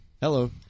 Hello